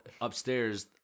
upstairs